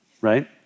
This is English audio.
right